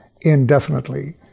indefinitely